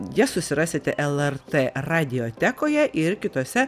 jas susirasite lrt radiotekoje ir kitose